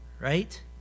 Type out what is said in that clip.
right